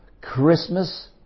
Christmas